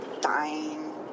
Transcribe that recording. dying